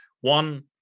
One